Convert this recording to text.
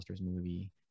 movie